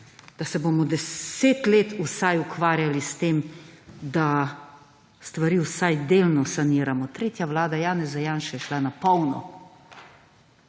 da se bomo deset let vsaj ukvarjali s tem, da stvari vsaj delno saniramo. Tretja vlada Janeza Janše je šla na polno.